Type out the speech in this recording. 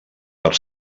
per